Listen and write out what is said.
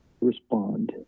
respond